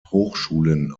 hochschulen